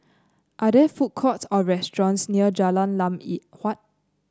are there food courts or restaurants near Jalan Lam Ye Huat